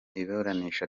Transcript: iburanisha